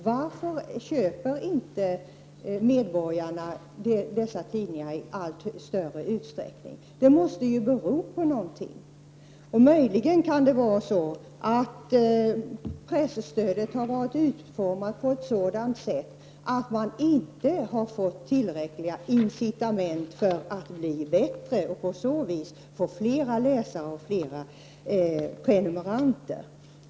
Varför köper inte medborgarna dessa tidningar i större utsträckning? Det måste bero på någonting. Möjligen kan det vara så att presstödet har varit utformat på ett sådant sätt att tidningarna inte har fått tillräckliga incitament för att bli bättre och på så vis få flera läsare och prenumeranter.